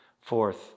Fourth